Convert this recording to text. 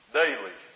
daily